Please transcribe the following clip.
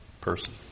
person